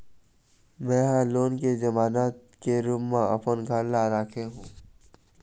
में ह लोन के जमानत के रूप म अपन घर ला राखे हों